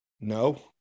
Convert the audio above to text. no